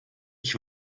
ich